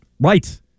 right